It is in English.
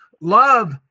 love